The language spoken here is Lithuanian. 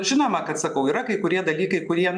žinoma kad sakau yra kai kurie dalykai kurie